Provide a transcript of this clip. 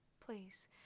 please